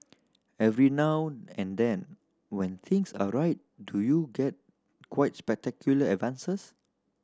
every now and then when things are right do you get quite spectacular advances